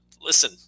listen